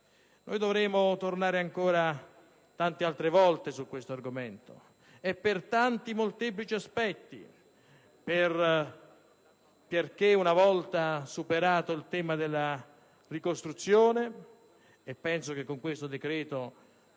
Dovremo tornare ancora tante altre volte su questo argomento, e per tanti molteplici aspetti, perché una volta superato il tema della ricostruzione - e penso che con questo decreto